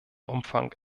umfang